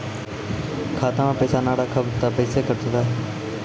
खाता मे पैसा ने रखब ते पैसों कटते?